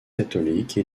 catholique